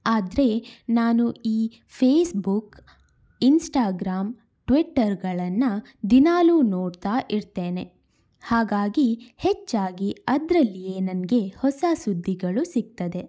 ಆದರೆ ನಾನು ಈ ಫೇಸ್ಬುಕ್ ಇನ್ಸ್ಟಾಗ್ರಾಮ್ ಟ್ವಿಟ್ಟರ್ಗಳನ್ನು ದಿನಾಲೂ ನೋಡ್ತಾ ಇರ್ತೇನೆ ಹಾಗಾಗಿ ಹೆಚ್ಚಾಗಿ ಅದರಲ್ಲಿಯೇ ನನಗೆ ಹೊಸ ಸುದ್ದಿಗಳು ಸಿಗ್ತದೆ